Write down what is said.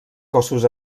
cossos